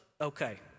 Okay